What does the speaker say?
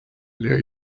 leer